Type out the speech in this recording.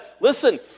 Listen